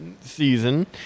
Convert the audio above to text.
season